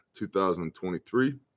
2023